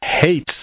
hates